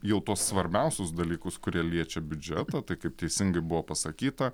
jau tuos svarbiausius dalykus kurie liečia biudžetą tai kaip teisingai buvo pasakyta